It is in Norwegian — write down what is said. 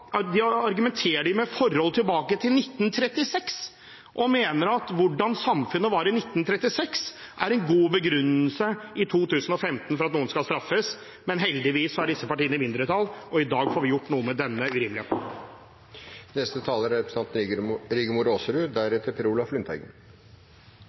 De argumenterer med forhold tilbake til 1936 og mener at hvordan samfunnet var i 1936, er en god begrunnelse for at noen skal straffes i 2015. Men heldigvis er disse partiene i mindretall, og i dag får vi gjort noe med denne urimeligheten. Det er